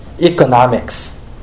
economics